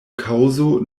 kaŭzo